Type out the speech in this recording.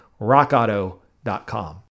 rockauto.com